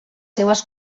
seves